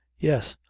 yes!